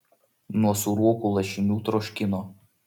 nuo sūrokų lašinių troškino